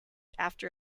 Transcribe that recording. after